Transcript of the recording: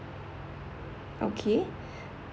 okay